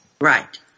Right